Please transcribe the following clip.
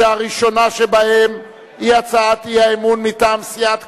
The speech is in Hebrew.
שהראשונה שבהן היא הצעת האי-אמון מטעם סיעת קדימה,